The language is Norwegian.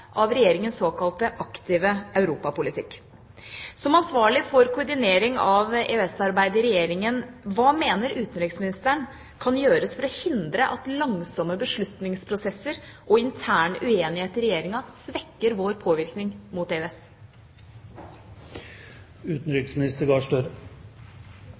av Regjeringas såkalte aktive europapolitikk. Som ansvarlig for koordinering av EØS-arbeidet i Regjeringa, hva mener utenriksministeren kan gjøres for å hindre at langsomme beslutningsprosesser og intern uenighet i Regjeringa svekker vår påvirkning mot